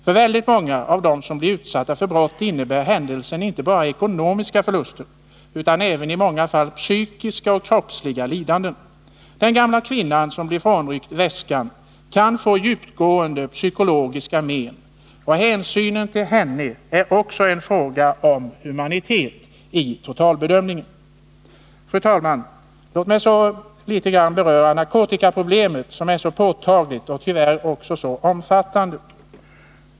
För väldigt många av dem som blir utsatta för brott innebär händelsen inte bara ekonomiska förluster utan i många fall psykiska och kroppsliga lidanden. Den gamla kvinnan som blir frånryckt väskan kan få djupgående psykologiska men, och hänsynen till henne är också en fråga om humanitet i totalbedömningen. Fru talman! Låt mig så något beröra narkotikaproblemet, som är så påtagligt och tyvärr också så omfattande.